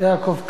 ליעקב כץ.